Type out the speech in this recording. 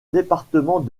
département